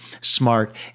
smart